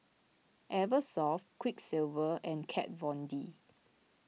Eversoft Quiksilver and Kat Von D